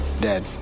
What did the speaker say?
dead